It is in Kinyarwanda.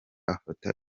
afata